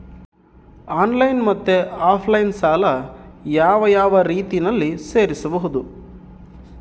Online ಮತ್ತೆ offline ಸಾಲ ಯಾವ ಯಾವ ರೇತಿನಲ್ಲಿ ತೇರಿಸಬಹುದು?